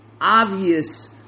obvious